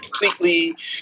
completely